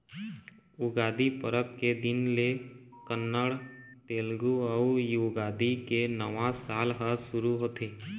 उगादी परब के दिन ले कन्नड़, तेलगु अउ युगादी के नवा साल ह सुरू होथे